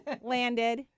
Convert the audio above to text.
landed